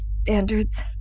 standards